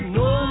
no